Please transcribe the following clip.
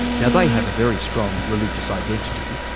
now they have a very strong religious identity.